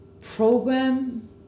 program